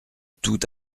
tout